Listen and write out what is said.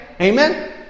Amen